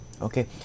Okay